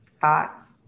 Thoughts